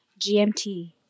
GMT